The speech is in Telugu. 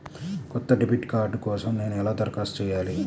కొత్త డెబిట్ కార్డ్ కోసం నేను ఎలా దరఖాస్తు చేయాలి?